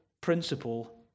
principle